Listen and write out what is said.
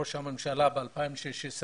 ראש הממשלה ב-2016,